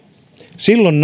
silloin